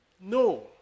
No